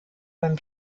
beim